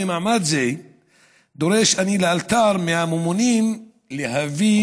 במעמד זה דורש אני לאלתר מהממונים להביא